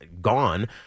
gone